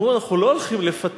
הם אמרו: אנחנו לא הולכים לפטר.